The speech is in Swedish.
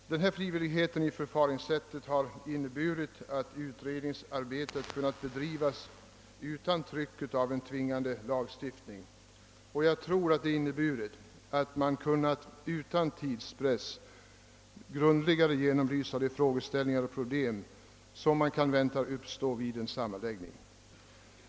Denna frivillighet i förfaringssättet har inneburit att utredningsarbetet kunnat bedrivas utan tryck av en tvingande lagstiftning, och jag tror att det inneburit att man utan tidspress grundligare kunnat tränga in i de problem som kan förväntas uppstå vid en sammanläggning.